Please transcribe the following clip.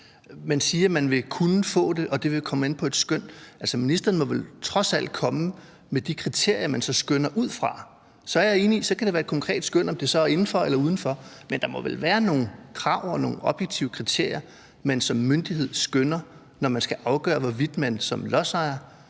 Man siger, man vil kunne få det, og det vil komme an på et skøn. Altså, ministeren må vel trods alt komme med de kriterier, man så skønner ud fra. Så er jeg enig i, at det kan være et konkret skøn, om det så er inden for eller uden for rammen, men der må vel være nogle krav og nogle objektive kriterier, man som myndighed skønner ud fra, når man skal afgøre, hvorvidt en lodsejer